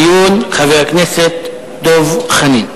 יפתח את הדיון חבר הכנסת דב חנין.